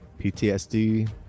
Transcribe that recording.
PTSD